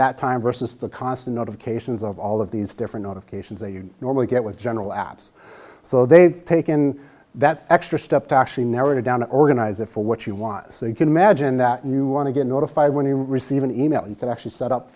that time versus the constant notifications of all of these different notifications that you normally get with general apps so they've taken that extra step to actually narrow down organize it for what you want so you can imagine that you want to get notified when you receive an e mail you can actually set up